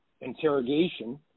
interrogation